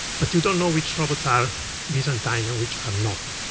but you don't know which robots are byzantine and which are not.